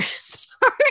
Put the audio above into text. Sorry